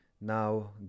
Now